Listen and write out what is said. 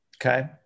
Okay